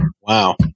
Wow